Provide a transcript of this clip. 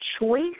choice